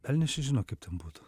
velnias čia žino kaip ten būtų